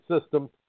system